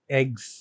eggs